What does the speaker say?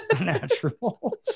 Natural